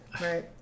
right